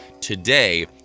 today